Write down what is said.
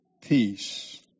peace